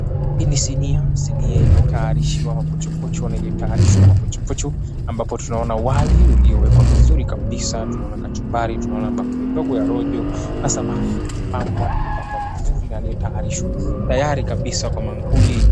Hii ni sinia. Sinia iliyotayarishiwa mapochopocho na iliyotayarishwa na mapochopocho ambapo tunaona wali uliowekwa vizuri kabisa. Tunaona kachumbari, tunaona bakuli ndogo ya rojo na samaki aliyepambwa na kupakwa vizuri aliyetayarishwa tayari kabisa kwa maakuli.